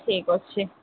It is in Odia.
ଠିକ୍ ଅଛି